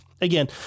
again